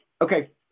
Okay